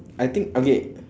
I think okay